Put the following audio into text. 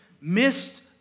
missed